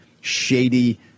shady